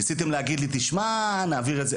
ניסיתם להגיד לי: "תשמע, נעביר אחרי זה".